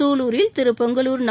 சூலூரில் திருபொங்கலூர் நா